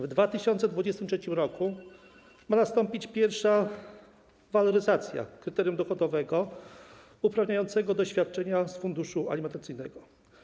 W 2023 r. ma nastąpić pierwsza waloryzacja kryterium dochodowego uprawniającego do świadczenia z funduszu alimentacyjnego.